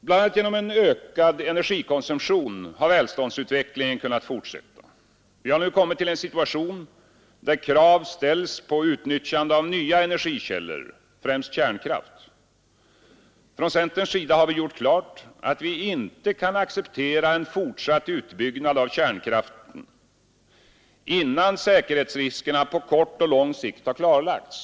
Bl.a. genom en ökad energikonsumtion har välståndsutvecklingen kunnat fortsätta. Vi har nu kommit till en situation där krav ställs på utnyttjande av nya energikällor, främst kärnkraft. Från centerns sida har vi gjort klart att vi inte kan acceptera en fortsatt utbyggnad av kärnkraften innan säkerhetsriskerna på kort och lång sikt har klarlagts.